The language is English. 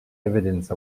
evidence